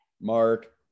Mark